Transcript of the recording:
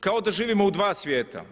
Kao da živimo u dva svijeta.